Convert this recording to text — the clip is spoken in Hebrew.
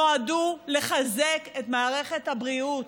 נועדו לחזק את מערכת הבריאות.